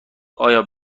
ایا